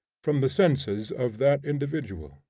from the senses of that individual.